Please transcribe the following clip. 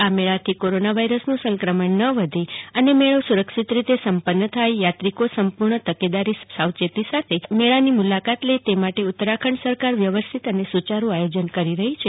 આ મેળાથી corona virus નું સંકમણ ન વધે ને મેળી સુરક્ષિત રીતે સંપન્નક થાય અને યાત્રીકો સંપૂર્ણ તકેદારી સાવચેતી સાથે મેળાની મુલાકાત લે તે માટે ઉતરાખંડ સરકાર વ્યાવસ્થિત અને સુચારૂ આયોજન કરી રહી છે